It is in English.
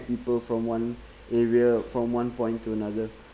people from one area from one point to another